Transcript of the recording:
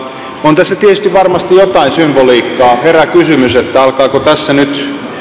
on tässä varmasti jotain symboliikkaa herää kysymys että alkaako tässä nyt